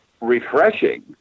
refreshing